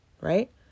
right